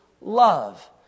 love